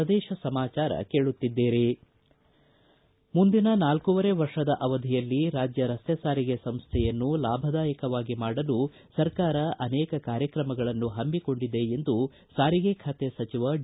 ಪ್ರದೇಶ ಸಮಾಚಾರ ಕೇಳುತ್ತಿದ್ದೀರಿ ಮುಂದಿನ ನಾಲ್ಕೂವರೆ ವರ್ಷದ ಅವಧಿಯಲ್ಲಿ ರಾಜ್ಯ ರಸ್ತೆ ಸಾರಿಗೆ ಸಂಸ್ಥೆಯನ್ನು ಲಾಭದಾಯಕವಾಗಿ ಮಾಡಲು ಸರ್ಕಾರ ಅನೇಕ ಕಾರ್ಯಕ್ರಮಗಳನ್ನು ಹಮ್ಮಿಕೊಂಡಿದೆ ಎಂದು ಸಾರಿಗೆ ಖಾತೆ ಸಚಿವ ಡಿ